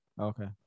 Okay